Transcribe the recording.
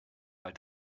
weil